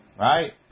Right